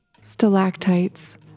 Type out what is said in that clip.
stalactites